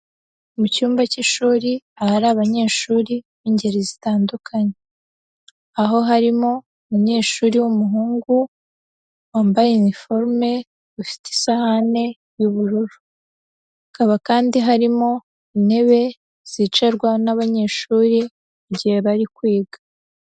Mu cyumba cy'ishuri ahari abanyeshuri b'ingeri zitandukanye, aho harimo umunyeshuri w'umuhungu wambaye uniform ufite isahane y'ubururu, hakaba kandi harimo intebe zicarwa n'abanyeshuri mu gihe bari kwiga.